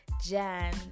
Jan